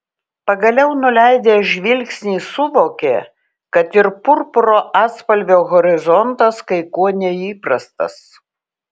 pagaliau nuleidęs žvilgsnį suvokė kad ir purpuro atspalvio horizontas kai kuo neįprastas